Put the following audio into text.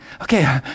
okay